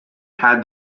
had